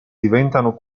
diventano